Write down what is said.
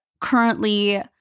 currently